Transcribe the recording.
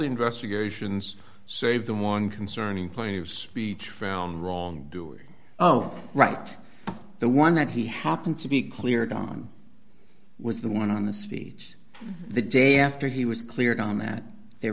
investigations save the one concerning plenty of speech found wrongdoing oh right the one that he happened to be cleared on was the one on the speech the day after he was cleared on that they